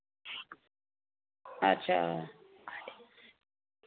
अच्छा